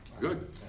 Good